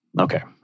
Okay